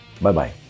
Bye-bye